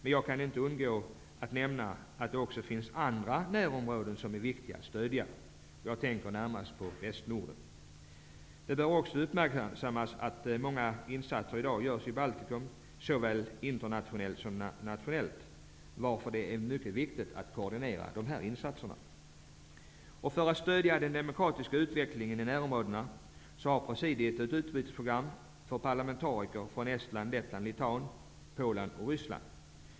Men jag kan inte undgå att nämna att det också finns andra närområden som är viktiga att stödja. Jag tänker närmast på västnorden. Det bör också uppmärksammas att många insatser i dag görs i Baltikum såväl internationellt som nationellt, varför det är mycket viktigt att koordinera dessa insatser. För att stödja den demokratiska utvecklingen i närområdena har presidiet ett utbytesprogram för parlamentariker från Estland, Lettland, Litauen, Polen och Ryssland.